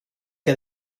que